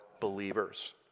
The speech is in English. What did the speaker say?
believers